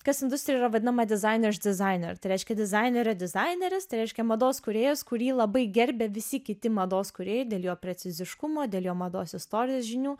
kas industrijoje yra vadinama dizainu iš dizainerio tai reiškia dizainere dizaineris reiškia mados kūrėjas kurį labai gerbia visi kiti mados kūrėjai dėl jo preciziškumo dėl jo mados istorijos žinių